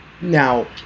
Now